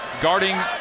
guarding